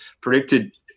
predicted